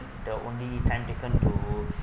the only time taken to